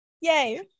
Yay